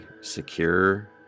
secure